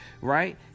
right